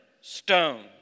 stone